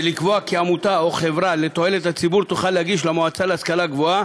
ולקבוע כי עמותה או חברה לתועלת הציבור תוכל להגיש למועצה להשכלה גבוהה